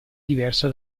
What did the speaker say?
diversa